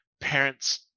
parents